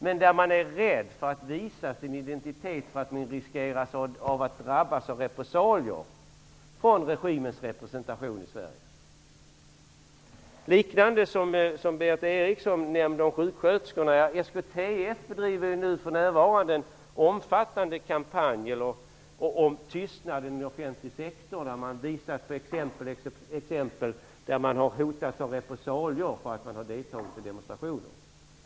Man kan vara rädd för att visa sin identitet för att man riskerar att drabbas av repressalier från regimens representation i Sverige. bedriver för närvarande en omfattande kampanj om tystnaden inom offentlig sektor. Man visar exempel på anställda som har hotats av repressalier för att de har deltagit i demonstrationer.